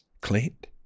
Clint